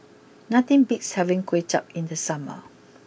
nothing beats having Kway Chap in the summer